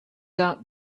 out